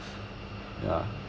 ya